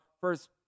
first